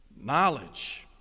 Knowledge